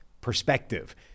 perspective